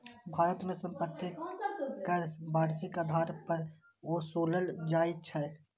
भारत मे संपत्ति कर वार्षिक आधार पर ओसूलल जाइ छै